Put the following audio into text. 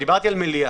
דיברתי על מליאה.